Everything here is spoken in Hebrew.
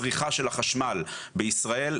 הצריכה של החשמל בישראל,